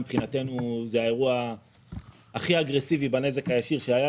מבחינתנו זה האירוע הכי אגרסיבי בנזק הישיר שהיה,